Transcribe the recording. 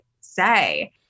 say